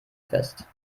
fest